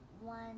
one